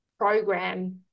program